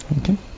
Okay